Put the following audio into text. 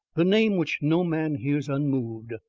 the name which no man hears unmoved,